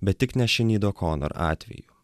bet tik ne šinid okonor atveju